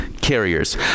carriers